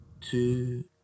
two